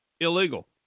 illegal